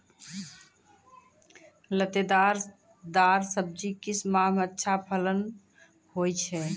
लतेदार दार सब्जी किस माह मे अच्छा फलन होय छै?